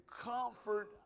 comfort